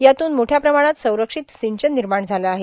यातून मोठया प्रमाणात संरक्षित र्संचन र्निमाण झाले आहे